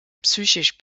psychisch